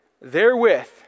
therewith